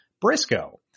Briscoe